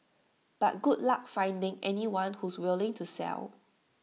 but good luck finding anyone who's willing to sell